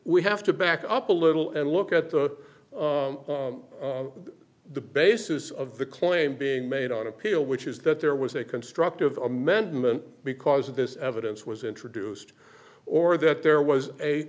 have to back up a little and look at the the basis of the claim being made on appeal which is that there was a constructive amendment because of this evidence was introduced or that there was a